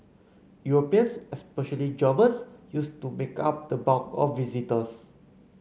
Europeans especially Germans used to make up the bulk of visitors